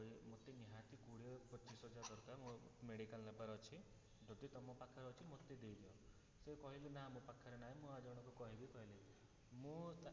ପଇ ମୋତେ ନିହାତି କୋଡ଼ିଏ ପଚିଶ ହଜାର ଦରକାର ମୋର ମେଡ଼ିକାଲ ନେବାର ଅଛି ଯଦି ତୁମ ପାଖରେ ଅଛି ମୋତେ ଦେଇ ଦିଅ ସେ କହିଲେ ନା ମୋ ପାଖରେ ନାହିଁ ମୁଁ ଆଉ ଜଣଙ୍କୁ କହିବି କହିଲେ ମୁଁ